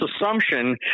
assumption